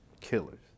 killers